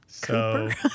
Cooper